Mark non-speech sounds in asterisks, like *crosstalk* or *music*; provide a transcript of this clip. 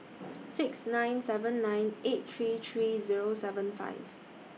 *noise* six nine seven nine eight three three Zero seven five